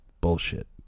bullshit